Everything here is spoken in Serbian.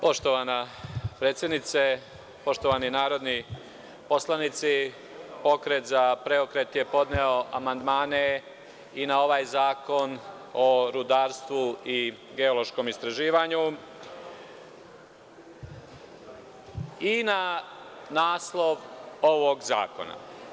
Poštovana predsednice, poštovani narodni poslanici, Pokret za preokret je podneo amandmane i na ovaj Zakon o rudarstvu i geološkom istraživanju i na naslov ovog zakona.